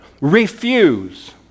Refuse